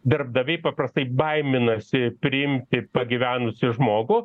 darbdaviai paprastai baiminasi priimti pagyvenusį žmogų